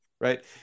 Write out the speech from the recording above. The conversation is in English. Right